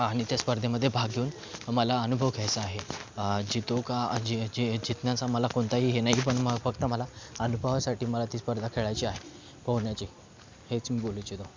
आणि त्या स्पर्धेमध्ये भाग घेऊन मला अनुभव घ्यायचा आहे जीतो का जी जी जितण्याच्या मला कोणताही हे नाही पण म फक्त मला अनुभवासाठी मला ती स्पर्धा खेळायची आहे पोहण्याची हेच मी बोलू इच्छितो